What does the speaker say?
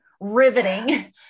riveting